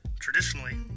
Traditionally